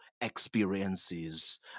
experiences